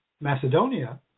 Macedonia